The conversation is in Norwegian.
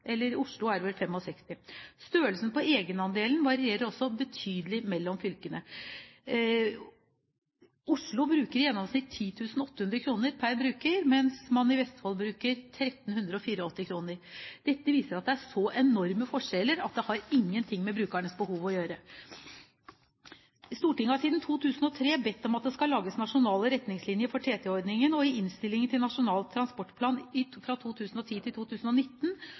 I Oslo er det vel 65. Størrelsen på egenandelen varierer også betydelig mellom fylkene. Oslo bruker i gjennomsnitt 10 800 kr per bruker, mens man i Vestfold bruker 1 384 kr. Dette viser at det er så enorme forskjeller at det har ingenting med brukernes behov å gjøre. Stortinget har siden 2003 bedt om at det skal lages nasjonale retningslinjer for TT-ordningen, og i innstillingen til Nasjonal transportplan 2010–2019 ba flertallet om å få vurdert slike retningslinjer. Ingenting er imidlertid gjort fra